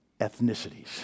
ethnicities